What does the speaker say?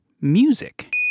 music